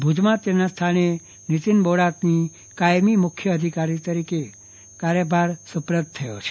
ભુજમાં તેમના સ્થાને નીતિન બોડાતને મુખ્ય અધિકારી તરીકેનો કાર્યભાર સુપ્રત થયો છે